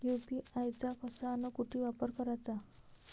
UPI चा कसा अन कुटी वापर कराचा?